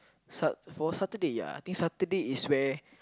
for Saturday ya I think Saturday is where